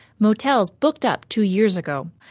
motels booked up two years ago,